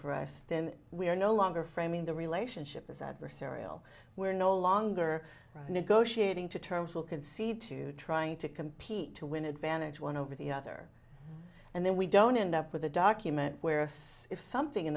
for us then we are no longer framing the relationship as adversarial we're no longer negotiating to terms will concede to trying to compete to win advantage one over the other and then we don't end up with a document where us if something in